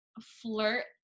flirt